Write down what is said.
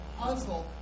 puzzle